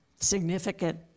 significant